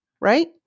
right